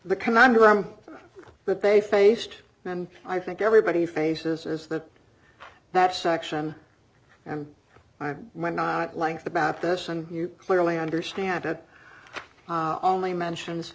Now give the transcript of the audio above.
that they faced and i think everybody faces is that that section and i might not like the baptists and you clearly understand had only mentions